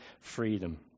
freedom